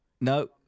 No